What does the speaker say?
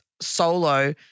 solo